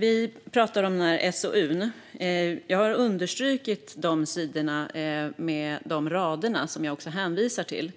Vi pratade om en SOU. Jag har understrukit sidorna med de rader som jag hänvisade till.